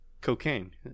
cocaine